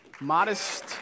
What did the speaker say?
Modest